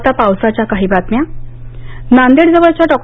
आता पावसाच्या बातम्या नांदेड जवळच्या डॉ